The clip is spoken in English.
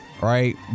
right